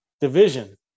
division